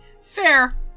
fair